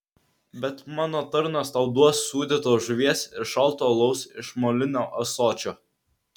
bet mano tarnas tau duos sūdytos žuvies ir šalto alaus iš molinio ąsočio